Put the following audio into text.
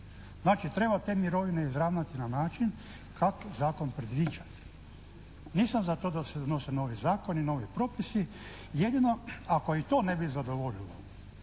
Znači, treba te mirovine izravnati na način kako zakon predviđa. Nisam za to da se donose novi zakoni, novi propisi. Jedino, ako i to ne bi zadovoljilo